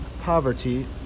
Poverty